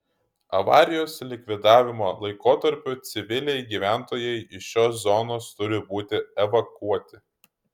avarijos likvidavimo laikotarpiu civiliai gyventojai iš šios zonos turi būti evakuoti